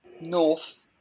north